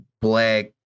black